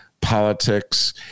politics